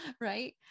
right